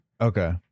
okay